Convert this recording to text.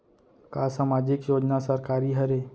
का सामाजिक योजना सरकारी हरे?